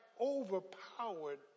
overpowered